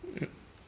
mm